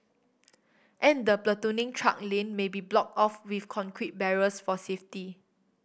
and the platooning truck lane may be blocked off with concrete barriers for safety